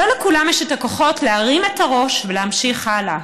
לא לכולם יש את הכוחות להרים את הראש ולהמשיך הלאה.